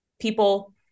people